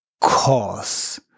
cause